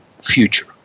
future